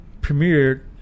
premiered